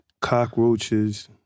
cockroaches